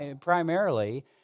primarily